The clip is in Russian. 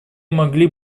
могли